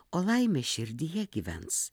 o laimė širdyje gyvens